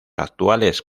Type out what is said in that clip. actuales